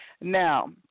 Now